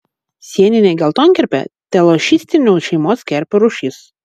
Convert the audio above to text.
sieninė geltonkerpė telošistinių šeimos kerpių rūšis